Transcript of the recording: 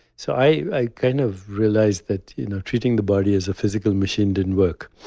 so i kind of realized that you know treating the body as a physical machine didn't work